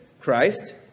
Christ